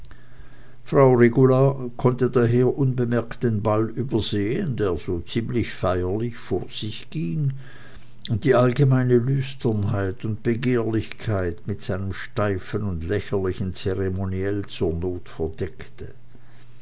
frau regula konnte daher unbemerkt den ball übersehen der so ziemlich feierlich vor sich ging und die allgemeine lüsternheit und begehrlichkeit mit seinem steifen und lächerlichen zeremoniell zur not verdeckte